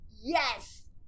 Yes